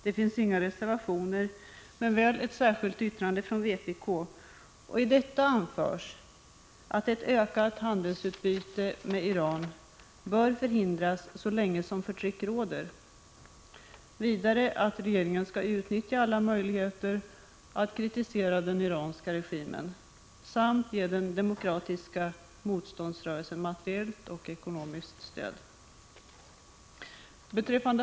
Där finns inga reservationer men väl ett särskilt yttrande från vpk. I detta anförs att ett ökat handelsutbyte med Iran bör förhindras så länge som förtryck råder, vidare att regeringen skall utnyttja alla möjligheter att kritisera den iranska regimen samt ge den demokratiska motståndsrörelsen materiellt och ekonomiskt stöd.